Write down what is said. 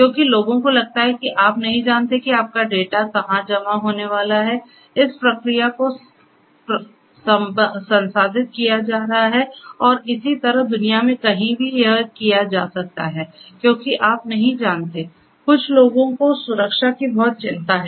क्योंकि लोगों को लगता है कि आप नहीं जानते कि आपका डेटा कहां जमा होने वाला है इस प्रक्रिया को संसाधित किया जा रहा है और इसी तरह दुनिया में कहीं भी यह किया जा सकता है और क्योंकि आप नहीं जानते कुछ लोगों को सुरक्षा की बहुत चिंता है